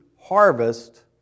harvest